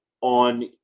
on